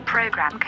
Program